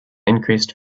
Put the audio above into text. increased